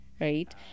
right